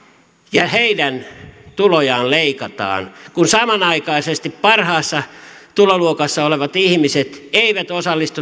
ja heidän tulojaan leikataan kun samanaikaisesti parhaassa tuloluokassa olevat ihmiset eivät osallistu